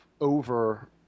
over